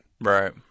Right